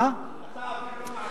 אתה אפילו לא מעצבן.